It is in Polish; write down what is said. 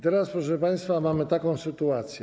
Teraz, proszę państwa, mamy taką sytuację.